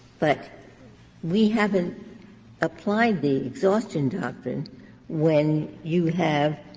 but we haven't applied the exhaustion doctrine when you have